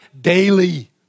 daily